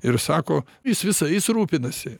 ir sako jis visais rūpinasi